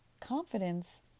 Confidence